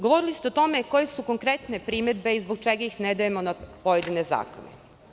Govorili ste o tome koje su konkretne primedbe i zbog čega ih ne dajemo na pojedine zakone?